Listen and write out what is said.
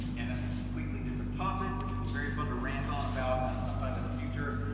and that's a completely different topic which would be very fun to rant on about sometime in the future.